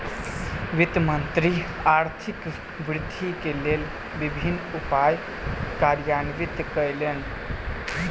वित्त मंत्री आर्थिक वृद्धि के लेल विभिन्न उपाय कार्यान्वित कयलैन